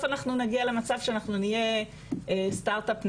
בסוף אנחנו נגיע למצב שבו אנחנו נהיה אומת הסטארט אפ,